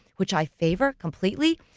which i favor completely.